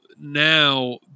now